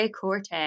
Corte